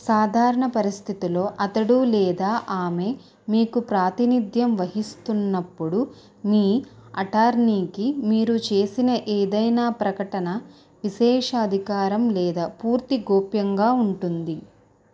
సాధారణ పరిస్థితులలో అతడు లేదా ఆమె మీకు ప్రాతినిధ్యం వహిస్తున్నప్పుడు మీ అటార్నీకి మీరు చేసిన ఏదైనా ప్రకటన విశేషాధికారం లేదా పూర్తి గోప్యంగా ఉంటుంది